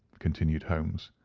continued holmes,